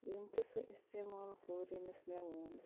ییٚمۍ تہِ سُہ اِستعمال کوٚر ییٚمِس مےٚ ووٚن